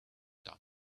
done